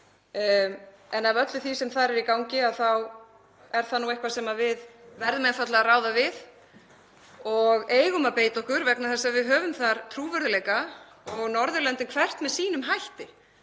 En af öllu því sem þar er í gangi þá er það nú eitthvað sem við verðum einfaldlega að ráða við og eigum að beita okkur vegna þess að við höfum þar trúverðugleika og Norðurlöndin hvert með sínum hætti.